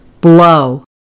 blow